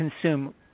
consume –